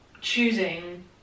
choosing